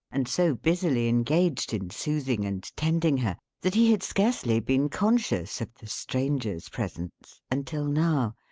and so busily engaged in soothing and tending her, that he had scarcely been conscious of the stranger's presence, until now,